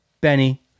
Benny